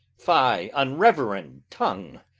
fie, unreverend tongue,